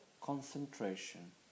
concentration